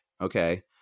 okay